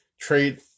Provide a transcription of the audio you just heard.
trade